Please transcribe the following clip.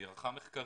היא ערכה מחקרים,